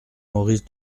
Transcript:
maurice